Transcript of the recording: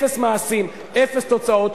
אפס מעשים, אפס תוצאות.